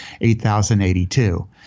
$8,082